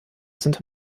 sind